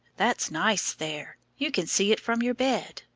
that's nice there. you can see it from your bed.